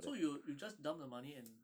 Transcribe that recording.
so you will you just dump the money and